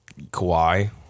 Kawhi